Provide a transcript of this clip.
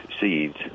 seeds